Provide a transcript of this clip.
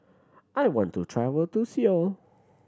I want to travel to Seoul